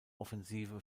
offensive